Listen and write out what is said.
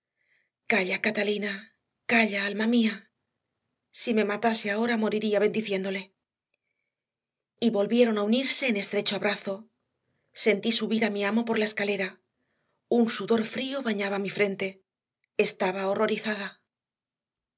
calla catalina calla alma mía si me matase ahora moriría bendiciéndole y volvieron a unirse en un estrecho abrazo sentí subir a mi amo por la escalera un sudor frío bañaba mi frente estaba horrorizada